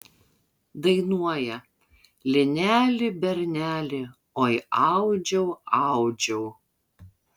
dainuoja lineli berneli oi audžiau audžiau